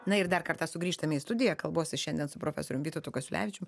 na ir dar kartą sugrįžtame į studiją kalbuosi šiandien su profesorium vytautu kasiulevičium